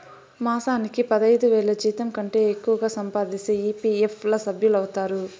మాసానికి పదైదువేల జీతంకంటే ఎక్కువగా సంపాదిస్తే ఈ.పీ.ఎఫ్ ల సభ్యులౌతారు